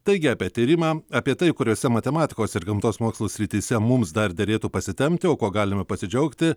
taigi apie tyrimą apie tai kuriuose matematikos ir gamtos mokslų srityse mums dar derėtų pasitempti o kuo galime pasidžiaugti